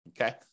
Okay